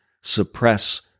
suppress